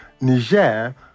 Niger